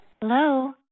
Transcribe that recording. Hello